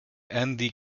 andy